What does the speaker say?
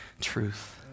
truth